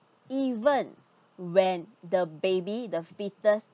even when the baby the fetus